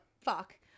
fuck